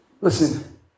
Listen